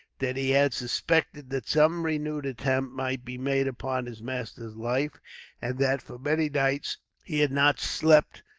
that he had suspected that some renewed attempt might be made upon his master's life and that for many nights he had not slept,